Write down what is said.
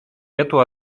эту